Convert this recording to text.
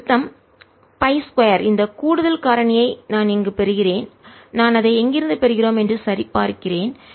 ஒரு திருத்தம் π 2 இந்த கூடுதல் காரணியை நான் இங்கு பெறுகிறேன் நான் அதை எங்கிருந்து பெறுகிறோம் என்று சரி பார்க்கிறேன்